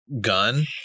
gun